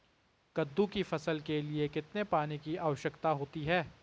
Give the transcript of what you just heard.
कद्दू की फसल के लिए कितने पानी की आवश्यकता होती है?